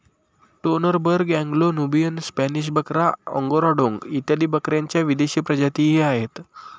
Toggenburg, Anglo Nubian, Spanish बकरा, Angora डोंग इत्यादी बकऱ्यांच्या विदेशी प्रजातीही आहेत